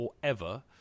forever